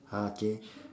ah okay